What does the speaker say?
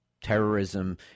terrorism